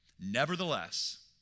Nevertheless